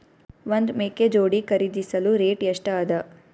ಒಂದ್ ಮೇಕೆ ಜೋಡಿ ಖರಿದಿಸಲು ರೇಟ್ ಎಷ್ಟ ಅದ?